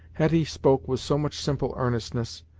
hetty spoke with so much simple earnestness,